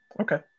Okay